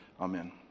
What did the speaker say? Amen